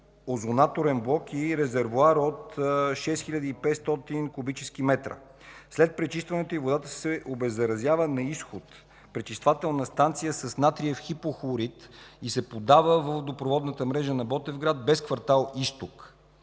озонаторен блок и резервоар от 6500 куб. м. След пречистването й водата се обеззаразява на изход на пречиствателна станция с натриев хипохлорид и се подава във водопроводната мрежа на Ботевград без кв. „Изток“.